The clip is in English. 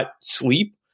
sleep